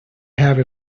have